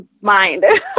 mind